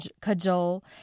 cajole